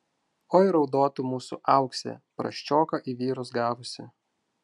oi raudotų mūsų auksė prasčioką į vyrus gavusi